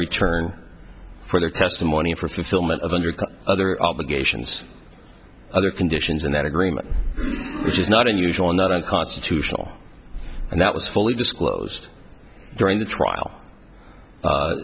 return for their testimony for fulfillment of under other obligations other conditions in that agreement which is not unusual in that unconstitutional and that was fully disclosed during the trial